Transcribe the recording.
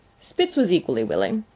spitz was equally willing.